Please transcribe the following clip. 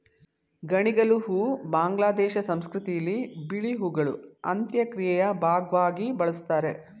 ಗಣಿಗಲು ಹೂ ಬಾಂಗ್ಲಾದೇಶ ಸಂಸ್ಕೃತಿಲಿ ಬಿಳಿ ಹೂಗಳು ಅಂತ್ಯಕ್ರಿಯೆಯ ಭಾಗ್ವಾಗಿ ಬಳುಸ್ತಾರೆ